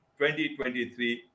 2023